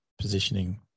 positioning